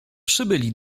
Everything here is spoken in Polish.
przybyli